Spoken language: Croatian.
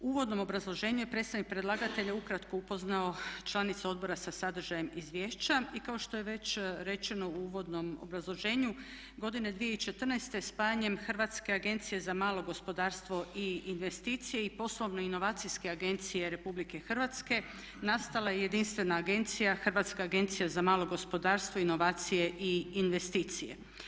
U uvodnom obrazloženju je predstavnik predlagatelja ukratko upoznao članice Odbora sa sadržajem izvješća i kao što je već rečeno u uvodnom obrazloženju godine 2014. spajanjem Hrvatske agencije za malo gospodarstvo i investicije i poslovno-inovacijske agencije Republike Hrvatske nastala je jedinstvena agencija Hrvatska agencija za malo gospodarstvo, inovacije i investicije.